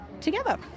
together